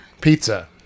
Pizza